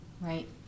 Right